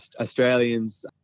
Australians